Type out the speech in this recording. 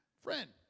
Friend